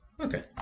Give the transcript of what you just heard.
Okay